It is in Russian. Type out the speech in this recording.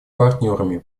партнерами